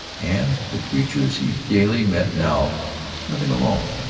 and the creatures he daily met now let him alone.